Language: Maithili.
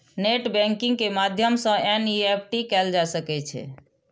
नेट बैंकिंग के माध्यम सं एन.ई.एफ.टी कैल जा सकै छै